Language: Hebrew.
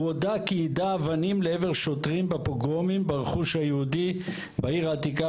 הוא הודה כי יידה אבנים לעבר שוטרים בפוגרומים ברכוש היהודי בעיר העתיקה